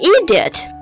idiot